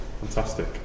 Fantastic